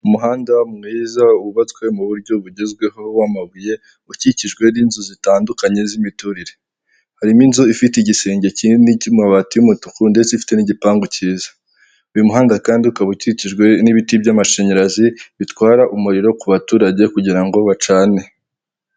Umuhanda mwiza wubatswe mu buryo bugezweho w'amabuye, ukikijwe n'inzu zitandukanye z'imiturire harimo inzu ifite igisenge kinini cy'amabati y'umutuku ndetse ifite n'igipangu cyiza, uyu muhanda kandi ukaba ukikijwe n'ibiti by'amashanyarazi bitwara umuriro ku baturage kugirango bacane.